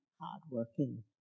hard-working